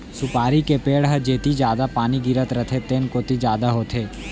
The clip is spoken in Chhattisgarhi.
सुपारी के पेड़ ह जेती जादा पानी गिरत रथे तेन कोती जादा होथे